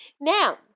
Now